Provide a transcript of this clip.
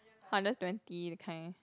hundred twenty that kind